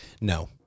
No